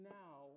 now